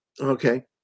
Okay